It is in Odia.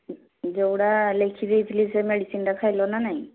ଯେଉଁଟା ଲେଖିଦେଇଥିଲି ସେ ମେଡ଼ିସିନ୍ଟା ଖାଇଲ ନା ନାହିଁ